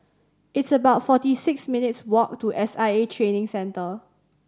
it's about forty six minutes' walk to S I A Training Centre